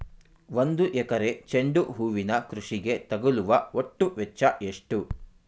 ಒಂದು ಎಕರೆ ಚೆಂಡು ಹೂವಿನ ಕೃಷಿಗೆ ತಗಲುವ ಒಟ್ಟು ವೆಚ್ಚ ಎಷ್ಟು?